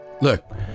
look